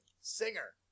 Singer